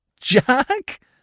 Jack